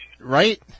right